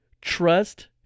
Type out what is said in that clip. Trust